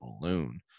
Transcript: balloon